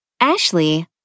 Ashley